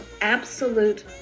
absolute